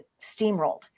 steamrolled